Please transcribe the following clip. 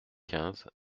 quinze